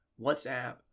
WhatsApp